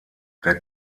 der